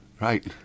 Right